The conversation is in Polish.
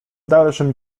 dalszym